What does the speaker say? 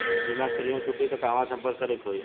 बीमा क प्रीमियम टूटी त कहवा सम्पर्क करें के होई?